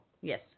Yes